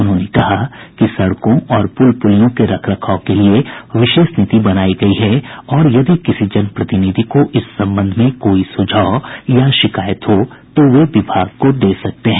उन्होंने कहा कि सड़कों और पुल पुलियों के रख रखाव के लिए विशेष नीति बनायी गयी है और यदि किसी जनप्रतिनिधि को इस संबंध में कोई सुझाव या शिकायत हो तो वे विभाग को दे सकते हैं